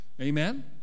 amen